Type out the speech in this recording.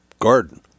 garden